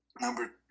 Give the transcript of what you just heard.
Number